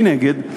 מנגד,